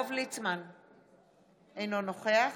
אינו נוכח